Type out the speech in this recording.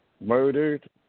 murdered